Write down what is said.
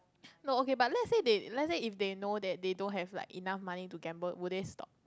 no okay but let's say they let's say if they know that they don't have like enough money to gamble will they stop